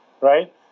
right